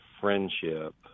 friendship